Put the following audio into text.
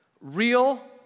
real